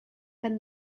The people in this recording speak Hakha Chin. kan